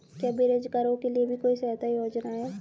क्या बेरोजगारों के लिए भी कोई सहायता योजना है?